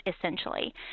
essentially